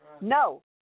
No